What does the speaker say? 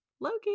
Loki